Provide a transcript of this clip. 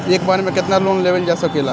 एक बेर में केतना लोन लेवल जा सकेला?